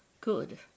good